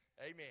Amen